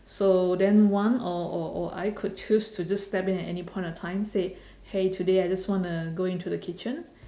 so then one or or or I could choose to just step in at any point of time say !hey! today I just want to go into the kitchen